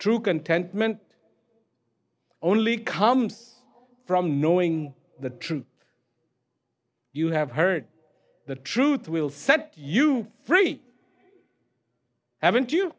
true contentment only comes from knowing the truth you have heard the truth will set you free haven't you